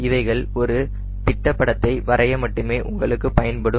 இவைகள் ஒரு திட்ட படத்தை வரைய மட்டுமே உங்களுக்கு பயன்படும்